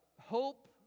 hope